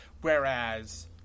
whereas